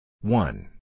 One